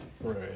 Right